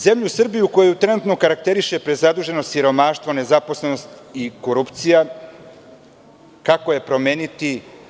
Zemlju Srbiju koju trenutno karakteriše prezaduženost, siromaštvo, nezaposlenost i korupcija, kako je promeniti?